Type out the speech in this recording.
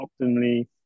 optimally